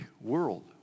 world